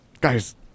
Guys